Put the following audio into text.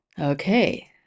Okay